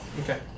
Okay